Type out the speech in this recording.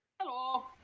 Hello